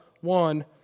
one